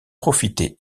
profiter